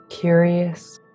Curious